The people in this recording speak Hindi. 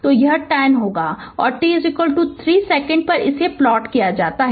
तो यह 10 होगा और t 3 सेकंड पर इसे प्लॉट किया जाता है